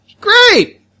Great